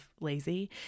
lazy